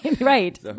right